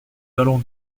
allons